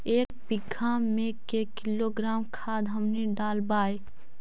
एक बीघा मे के किलोग्राम खाद हमनि डालबाय?